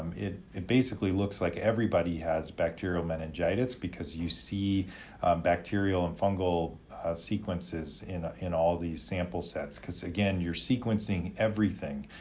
um it it basically looks like everybody has bacterial meningitis because you see bacterial and fungal sequences in in all these sample sets cause again, you're sequencing everything.